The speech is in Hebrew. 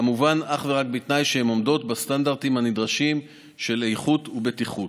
כמובן אך ורק בתנאי שהן עומדות בסטנדרטים הנדרשים של איכות ובטיחות.